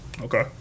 Okay